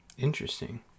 interesting